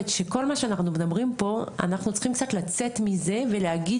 שכל מה שאנחנו מדברים פה אנחנו צריכים קצת לצאת מזה ולהגיד